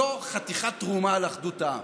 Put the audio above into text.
זו חתיכת תרומה לאחדות העם.